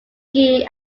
ghee